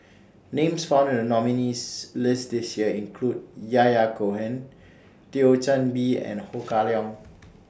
Names found in The nominees' list This Year include Yahya Cohen Thio Chan Bee and Ho Kah Leong